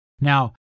now